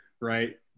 right